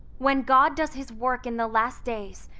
when god does his work in the last days,